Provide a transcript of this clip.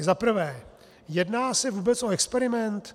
Za prvé: Jedná se vůbec o experiment?